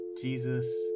Jesus